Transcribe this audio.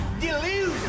delusion